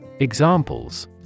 Examples